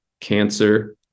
cancer